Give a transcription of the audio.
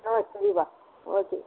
ஆ சரிப்பா ஓகே